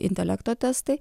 intelekto testai